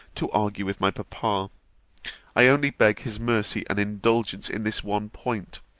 to argue with my papa i only beg his mercy and indulgence in this one point,